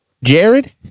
Jared